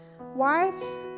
Wives